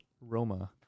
Roma